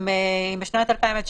אם בשנת 2019